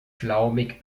flaumig